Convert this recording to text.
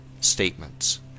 statements